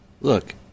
Look